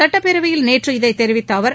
சட்டப்பேரவையில் நேற்று இதை தெரிவித்த அவர்